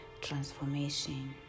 transformation